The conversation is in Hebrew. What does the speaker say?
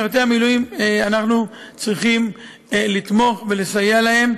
שמשרתי המילואים, אנחנו צריכים לתמוך ולסייע להם.